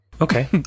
Okay